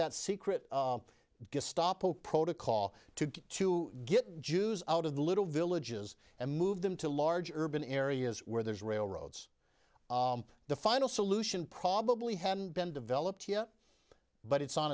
that secret just stop oh protocol to to get jews out of the little villages and move them to large urban areas where there's railroads the final solution probably hadn't been developed yet but it's on